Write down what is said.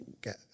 get